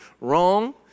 wrong